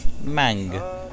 mang